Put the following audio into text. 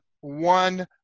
one